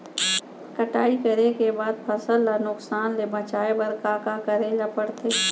कटाई करे के बाद फसल ल नुकसान ले बचाये बर का का करे ल पड़थे?